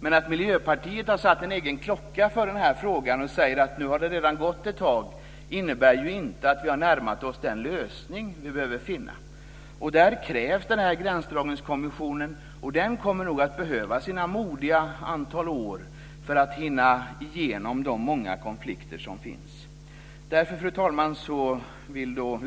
Men att Miljöpartiet har satt en egen klocka för frågan och säger att det har gått ett tag innebär inte att vi har närmat oss den lösning vi behöver. Där krävs gränsdragningskommissionen. Den kommer att kräva sina modiga antal år för att hinna igenom de många konflikter som finns. Fru talman!